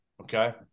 Okay